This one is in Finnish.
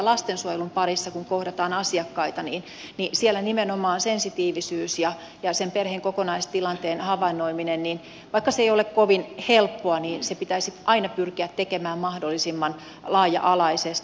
lastensuojelun parissa kun kohdataan asiakkaita nimenomaan sensitiivisyys ja sen perheen kokonaistilanteen havainnoiminen vaikka se ei ole kovin helppoa pitäisi aina pyrkiä tekemään mahdollisimman laaja alaisesti